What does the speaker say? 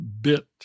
Bit